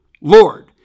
Lord